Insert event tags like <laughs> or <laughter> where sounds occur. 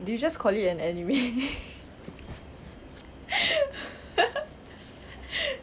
did you just call it an anime <laughs>